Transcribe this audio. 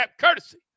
courtesy